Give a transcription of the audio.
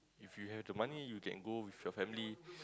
if you have the money you can go with your family